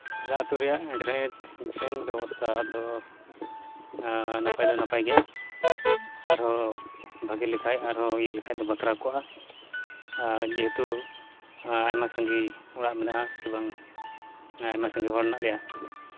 ᱟᱞᱮ ᱟᱛᱳ ᱨᱮᱭᱟᱜ ᱰᱨᱮᱹᱱ ᱰᱨᱮᱹᱱ ᱵᱮᱵᱚᱥᱛᱟ ᱫᱚ ᱱᱟᱯᱟᱭ ᱫᱚ ᱱᱟᱯᱟᱭ ᱜᱮᱭᱟ ᱟᱨᱦᱚᱸ ᱵᱷᱟᱜᱮ ᱞᱮᱠᱷᱟᱡ ᱟᱨᱦᱚᱸ ᱤᱭᱟᱹ ᱞᱮᱠᱷᱟᱡ ᱫᱚ ᱵᱟᱛᱨᱟᱣ ᱠᱚᱜᱼᱟ ᱟᱨ ᱡᱮᱦᱮᱛᱩ ᱟᱭᱢᱟ ᱥᱟᱸᱜᱮ ᱚᱲᱟᱜ ᱢᱮᱱᱟᱜᱼᱟ ᱥᱮ ᱵᱟᱝ ᱟᱭᱢᱟ ᱥᱟᱸᱜᱮ ᱦᱚᱲ ᱢᱮᱱᱟᱜ ᱞᱮᱭᱟ